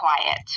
quiet